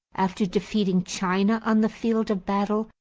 after defeating china on the field of battle,